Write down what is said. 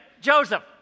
Joseph